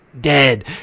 dead